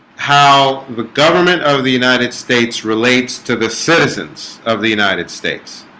how the government of the united states relates to the citizens of the united states?